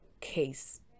case